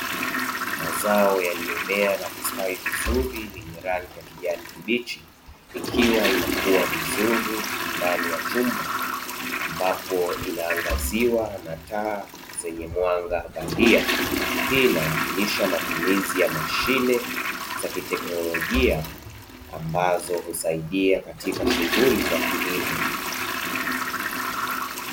Mazao yaliyomea na kustawi vizuri yenye rangi ya kijani kibichi, ikiwa inakua vizuri ndani ya chumba, ambapo inaangaziwa na taa zenye mwanga bandia. Hii inakwakilisha matumizi ya mashine za kiteknolojia ambazo husaidia katika shughuli za kilimo.